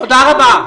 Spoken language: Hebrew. תודה רבה.